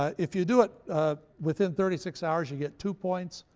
if you do it within thirty-six hours, you get two points,